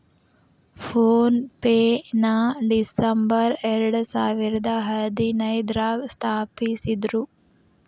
phone ಪೆನ December ಎರಡಸಾವಿರದ ಹದಿನೈದ್ರಾಗ ಸ್ಥಾಪಿಸಿದ್ರು